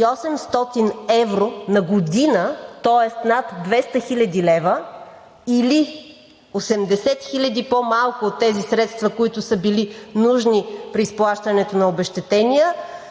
800 евро на година, тоест над 200 хил. лв., или 80 хиляди по-малко от тези средства, които са били нужни при изплащането на обезщетения,